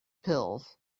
pills